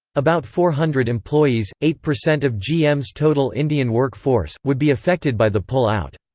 about four hundred employees, eight percent of gm's total indian work-force, would be affected by the pull-out.